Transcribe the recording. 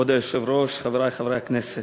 כבוד היושב-ראש, חברי חברי הכנסת,